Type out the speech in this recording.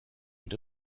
und